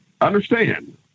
understand